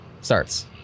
Starts